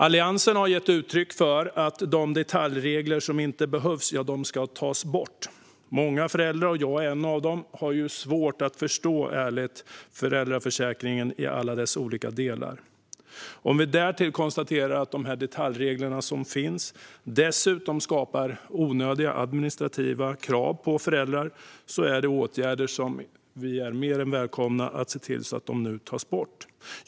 Alliansen har gett uttryck för att de detaljregler som inte behövs ska tas bort. Många föräldrar - jag är en av dem - har helt ärligt svårt att förstå föräldraförsäkringen i alla dess olika delar. Om vi därtill konstaterar att de detaljregler som finns dessutom skapar onödiga administrativa krav på föräldrarna är de åtgärder som ser till att dessa tas bort mer än välkomna.